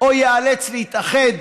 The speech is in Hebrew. או ייאלץ להתאחד,